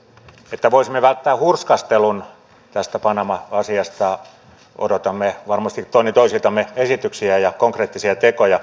jotta voisimme välttää hurskastelun tästä panama asiasta odotamme varmasti toinen toisiltamme esityksiä ja konkreettisia tekoja